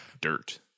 dirt